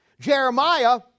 Jeremiah